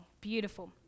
Beautiful